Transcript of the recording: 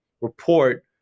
report